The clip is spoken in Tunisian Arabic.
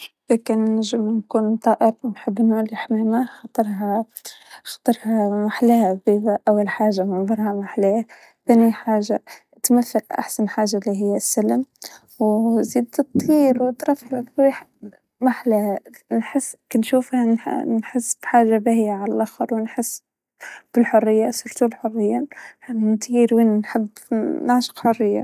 رح أختار أكون عقاب، نظرتة للفريسة لحالها جصة جصة، النظرة تبع إنجباضه عليها، يوم يمسكها مشان ياكلها، هاي العقاب سبحان اللي خلقه. جصة لحاله في عالم الطيور، جتي وجفتة تحسة ملك واجف هكذا مو أي شي ملك.